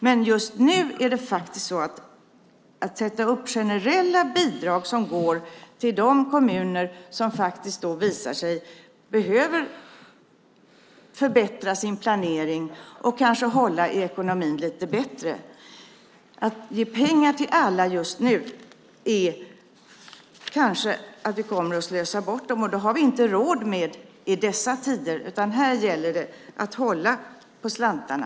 Men det kan vara ett slöseri att just nu sätta upp generella bidrag och ge pengar till alla i stället för bara till de kommuner som visar sig behöva förbättra sin planering och hålla i ekonomin lite bättre. Det har vi inte råd med i dessa tider, utan nu gäller det att hålla i slantarna.